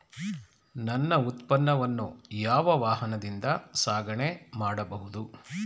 ನನ್ನ ಉತ್ಪನ್ನವನ್ನು ಯಾವ ವಾಹನದಿಂದ ಸಾಗಣೆ ಮಾಡಬಹುದು?